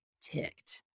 ticked